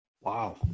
Wow